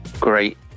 Great